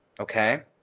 Okay